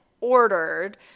ordered